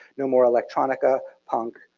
no more electronica, punk,